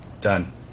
Done